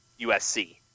USC